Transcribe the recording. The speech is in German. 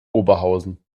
oberhausen